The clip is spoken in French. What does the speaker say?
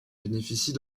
bénéficie